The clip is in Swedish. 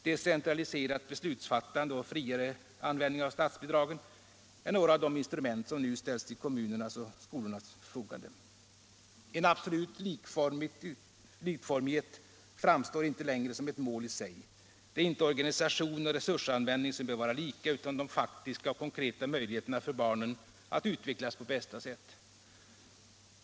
Decentraliserat beslutsfattande och friare användning av statsbidragen är några av de instrument som nu ställs till kommunernas och skolornas förfogande. En absolut likformighet framstår inte längre som ett mål i sig. Det är inte organisation och resursanvändning som bör vara lika utan de faktiska och konkreta möjligheterna för barnen att utvecklas på bästa sätt.